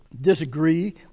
disagree